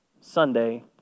Sunday